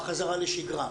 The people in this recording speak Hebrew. קודם כל,